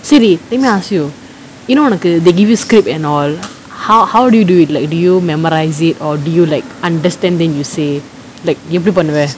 சரி என்ன ஆச்சு என்ன ஒனக்கு:sari enna aachu enna onakku they give you script and all how how do you do it like do you memorise it or do you like understand then you say like எப்டி பண்ணுவ:epdi pannuva